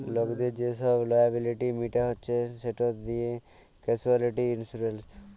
লকদের যে ছব লিয়াবিলিটি মিটাইচ্ছে সেট হছে ক্যাসুয়ালটি ইলসুরেলস